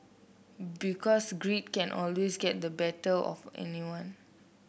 because greed can always get the better of anyone